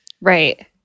Right